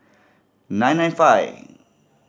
nine nine five